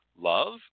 love